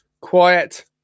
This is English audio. Quiet